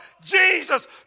Jesus